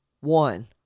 one